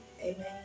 Amen